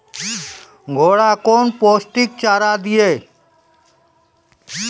घोड़ा कौन पोस्टिक चारा दिए?